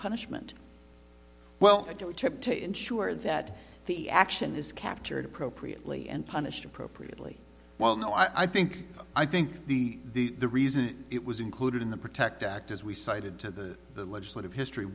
punishment well i don't trip to ensure that the action is captured appropriately and punished appropriately while no i think i think the the the reason it was included in the protect act as we cited to the legislative history